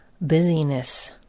busyness